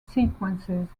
sequences